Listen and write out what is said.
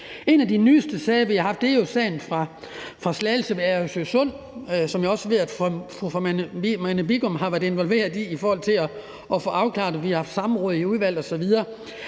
haft, er jo sagen fra Slagelse om Agersø Sund, som jeg også ved fru Marianne Bigum har været involveret i at få afklaret, og vi har haft samråd i udvalget osv.